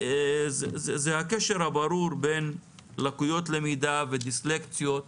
זה הקשר הברור בין לקויות למידה ודיסלקציות,